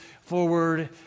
forward